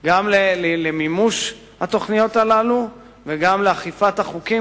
גם למימוש התוכניות הללו וגם לאכיפת החוקים,